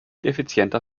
effizienter